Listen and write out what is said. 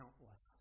countless